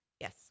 Yes